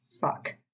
Fuck